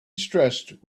stressed